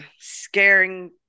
scaring